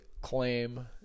claim